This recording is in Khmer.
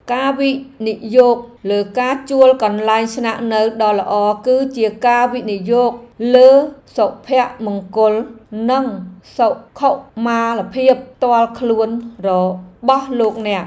ការវិនិយោគលើការជួលកន្លែងស្នាក់នៅដ៏ល្អគឺជាការវិនិយោគលើសុភមង្គលនិងសុខុមាលភាពផ្ទាល់ខ្លួនរបស់លោកអ្នក។